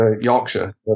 Yorkshire